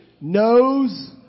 knows